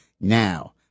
now